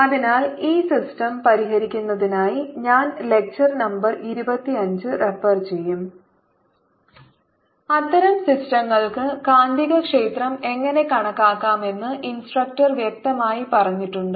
അതിനാൽ ഈ സിസ്റ്റം പരിഹരിക്കുന്നതിനായി ഞാൻ ലെക്ചർ നമ്പർ 25 റഫർ ചെയ്യും അത്തരം സിസ്റ്റങ്ങൾക്ക് കാന്തികക്ഷേത്രം എങ്ങനെ കണക്കാക്കാമെന്ന് ഇൻസ്ട്രക്ടർ വ്യക്തമായി പറഞ്ഞിട്ടുണ്ട്